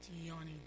yawning